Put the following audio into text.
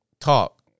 talk